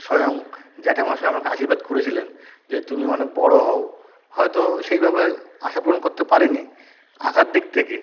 স্বয়ং জ্যাঠামশাই আমাকে আশীর্বাদ করেচিলেন যে তুমি অনেক বড়ো হও হয়তো সেইভাবে আশা পূরণ করতে পারি নি আঁকার দিক থেকে